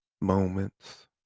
moments